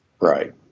Right